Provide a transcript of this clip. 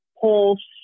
Pulse